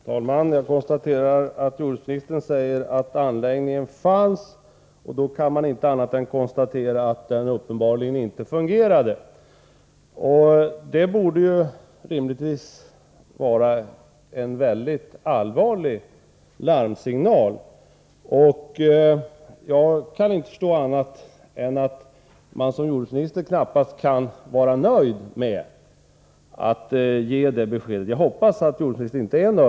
Herr talman! Jordbruksministern säger att anläggningen fanns när utsläppen skedde. Då kan man inte konstatera annat än att anläggningen uppenbarligen inte fungerade. Det borde rimligtvis vara en väldigt allvarlig larmsignal. Jag kan inte förstå annat än att jordbruksministern knappast kan vara nöjd med det lämnade beskedet. Jag hoppas att han inte är det.